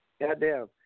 goddamn